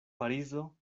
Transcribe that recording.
parizo